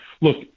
look